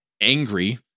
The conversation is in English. angry